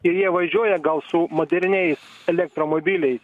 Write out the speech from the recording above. ir jie važiuoja gal su moderniais elektromobiliais